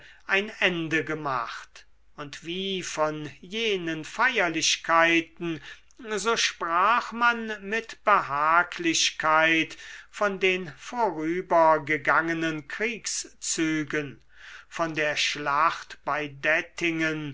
ein ende gemacht und wie von jenen feierlichkeiten so sprach man mit behaglichkeit von den vorübergegangenen kriegszügen von der schlacht bei